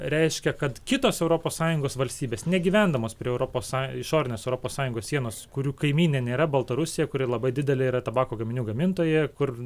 reiškia kad kitos europos sąjungos valstybės negyvendamos prie europos išorinės europos sąjungos sienos kurių kaimynė nėra baltarusija kuri labai didelė yra tabako gaminių gamintoja kur